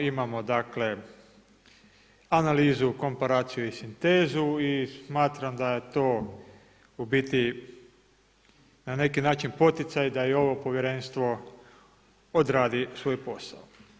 Imamo analizu, komparaciju i sintezu i smatram da je to u biti na neki način poticaj da i ovo povjerenstvo odradi svoj posao.